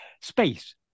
space